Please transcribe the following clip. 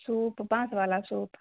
सूप बाँसवला सूप